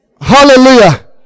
Hallelujah